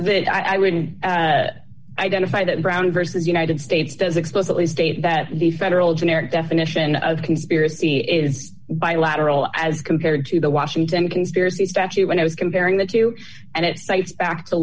honor i would identify that brown versus united states does explicitly state that the federal generic definition of conspiracy is bilateral as compared to the washington conspiracy statute when i was comparing the two and it cites back to